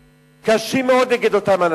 ויצא ביבל ושב לאחזתו".